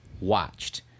watched